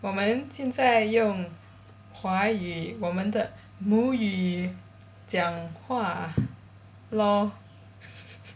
我们现在用华语我们的母语讲话 lor